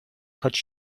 choć